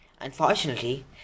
Unfortunately